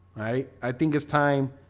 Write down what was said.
i think it's time.